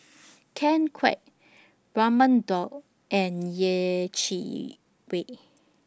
Ken Kwek Raman Daud and Yeh Chi Wei